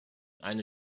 eine